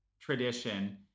tradition